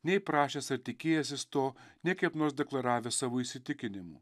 nei prašęs ar tikėjęsis to nei kaip nors deklaravęs savo įsitikinimų